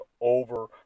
over